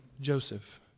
Joseph